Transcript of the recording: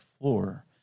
floor